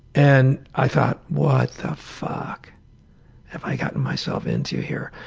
and i thought what the fuck have i gotten myself into here.